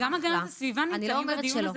גם הגנת הסביבה נמצאים בדיון הזה.